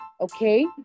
okay